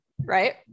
Right